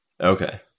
Okay